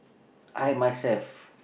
I myself